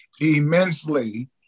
immensely